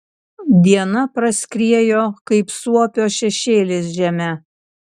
diena praskriejo kaip suopio šešėlis žeme